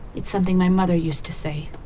it's something my mother used to say.